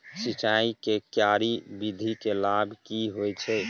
सिंचाई के क्यारी विधी के लाभ की होय छै?